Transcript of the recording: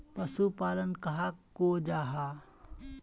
पशुपालन कहाक को जाहा?